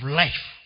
life